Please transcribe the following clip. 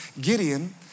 Gideon